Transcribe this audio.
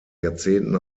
jahrzehnten